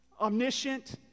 omniscient